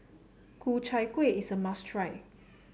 Ku Chai Kuih is a must try